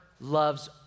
loves